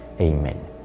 Amen